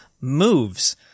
moves